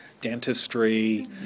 dentistry